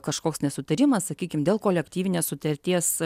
kažkoks nesutarimas sakykim dėl kolektyvinės sutarties